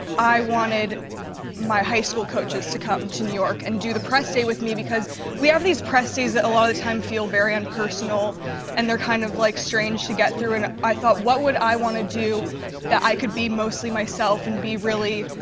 i wanted my high school coaches to come to new york and do the press day with me, because we have these press days that a lot of the time feel very unpersonal and they're kind of, like, strange to get through. and i thought, what would i want to do that i could be mostly myself and be really